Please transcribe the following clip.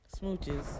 Smooches